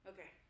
Okay